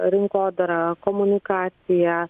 rinkodara komunikacija